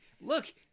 Look